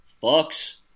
Bucks